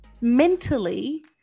mentally